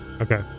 Okay